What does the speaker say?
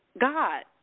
God